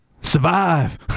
survive